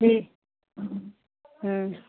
ठीक हाँ